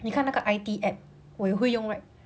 你看那个 I_T app 我也会用 right